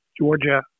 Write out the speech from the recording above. Georgia